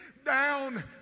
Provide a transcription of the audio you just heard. Down